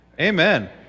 Amen